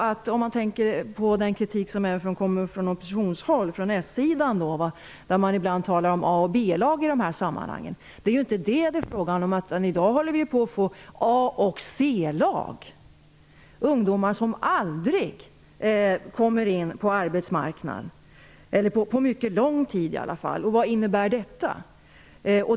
Det är inte som i den kritik som kommer från oppositionshåll, från den socialdemokratiska sidan, där man ibland talar om A och B-lag i de här sammanhangen. Det är inte fråga om det. I dag håller vi på att få A och C-lag, ungdomar som aldrig kommer in på arbetsmarknaden, i varje fall inte under lång tid. Vad innebär detta?